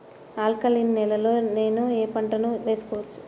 Alkaline నేలలో నేనూ ఏ పంటను వేసుకోవచ్చు?